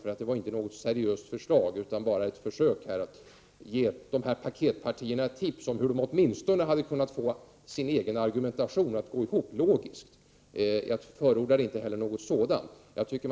Det anförda var inte något seriöst förslag, utan det var ett försök att ge de s.k. paketpartierna ett tips om hur de åtminstone kunde skapa någon logik i sin argumentation. Jag förordar alltså inte den nämnda åtgärden.